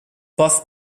both